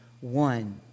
one